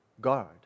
guard